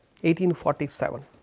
1847